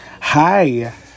Hi